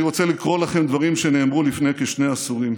אני רוצה לקרוא לכם דברים שנאמרו לפני כשני עשורים,